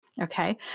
Okay